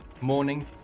morning